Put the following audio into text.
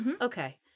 Okay